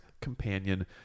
companion